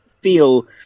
feel